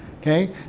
Okay